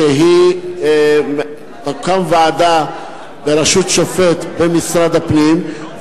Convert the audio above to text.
שתוקם ועדה בראשות שופט במשרד הפנים,